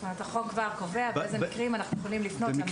החוק בא וקובע באיזה מקרים אנחנו יכולים לפנות למאגר.